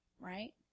right